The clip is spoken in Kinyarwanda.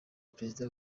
perezida